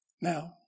Now